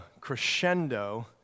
crescendo